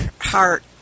heart